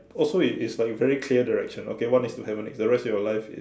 oh so it's like you very clear direction okay one is to hibernate the rest of your life is